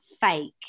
fake